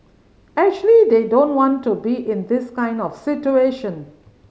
actually they don't want to be in this kind of situation